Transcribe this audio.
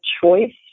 choice